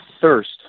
thirst